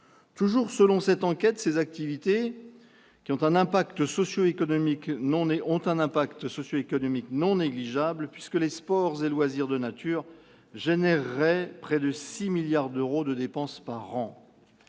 Toujours selon cette enquête, ces activités ont un impact socio-économique non négligeable, puisque les sports et loisirs de nature généreraient près de 6 milliards d'euros de dépenses par an.